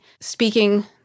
speaking